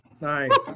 Nice